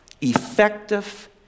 effective